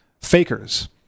fakers